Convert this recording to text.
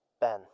Ben